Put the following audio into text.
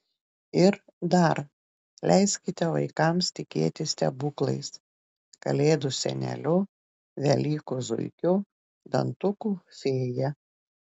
ir dar leiskite vaikams tikėti stebuklais kalėdų seneliu velykų zuikiu dantukų fėja